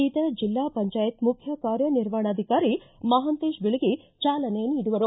ಬೀದರ್ ಜಿಲ್ಲಾ ಪಂಚಾಯತ್ ಮುಖ್ಯ ಕಾರ್ಯನಿರ್ವಹಣಾಧಿಕಾರಿ ಮಹಾಂತೇಶ ಬೀಳಗಿ ಚಾಲನೆ ನೀಡುವರು